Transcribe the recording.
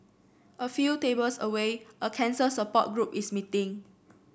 a few tables away a cancer support group is meeting